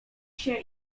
się